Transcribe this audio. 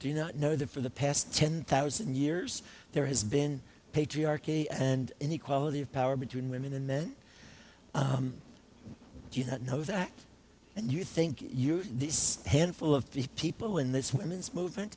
you not know that for the past ten thousand years there has been patriarchy and inequality of power between women and men do you not know that and you think you these handful of people in this women's movement